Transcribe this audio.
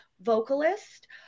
vocalist